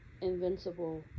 Invincible